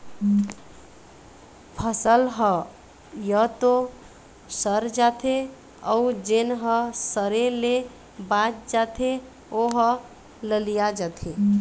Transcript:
फसल ह य तो सर जाथे अउ जेन ह सरे ले बाच जाथे ओ ह ललिया जाथे